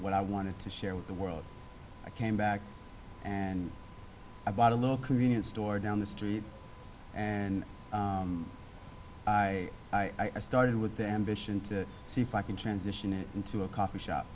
what i wanted to share with the world i came back and i bought a little convenience store down the street and i i started with the ambition to see if i can transition it into a coffee shop